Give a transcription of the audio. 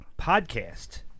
podcast